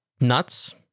nuts